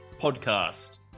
podcast